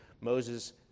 Moses